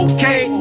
Okay